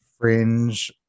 Fringe